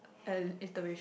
uh iteration